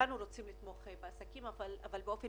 כולנו רוצים לתמוך בעסקים אבל באופן